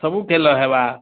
ସବୁ ଖେଲ୍ ହେବା